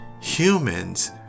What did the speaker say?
humans